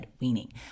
weaning